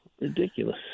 Ridiculous